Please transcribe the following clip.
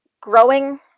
growing